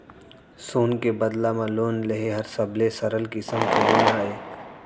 सोन के बदला म लोन लेहे हर सबले सरल किसम के लोन अय